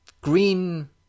green